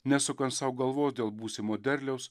nesukant sau galvos dėl būsimo derliaus